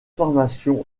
formations